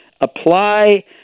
apply